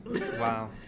Wow